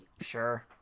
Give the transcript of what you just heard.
Sure